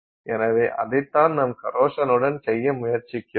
எனவே அதைத்தான் நாம் கரோஷனுடன் செய்ய முயற்சிக்கிறோம்